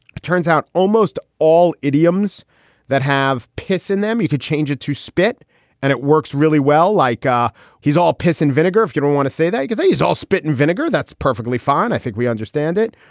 it turns out almost all idioms that have piss in them, you could change it to spit and it works really well. like ah he's all piss and vinegar. if you don't want to say that because he's all spit and vinegar, that's perfectly fine. i think we understand it.